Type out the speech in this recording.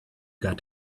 got